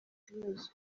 kibazo